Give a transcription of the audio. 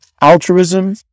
altruism